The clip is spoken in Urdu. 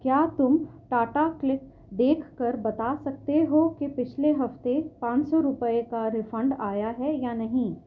کیا تم ٹاٹا کلیک دیکھ کر بتا سکتے ہو کہ پچھلے ہفتے پانچ سو روپئے کا ریفنڈ آیا ہے یا نہیں